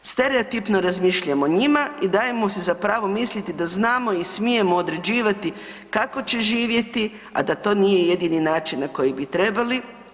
Stereotipno razmišljamo o njima i dajemo si za pravo misliti da znamo i smijemo određivati kako će živjeti, a da to nije jedini način na koji bi trebali.